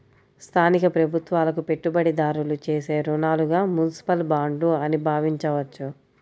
స్థానిక ప్రభుత్వాలకు పెట్టుబడిదారులు చేసే రుణాలుగా మునిసిపల్ బాండ్లు అని భావించవచ్చు